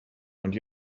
und